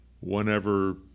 whenever